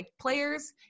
players